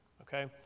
okay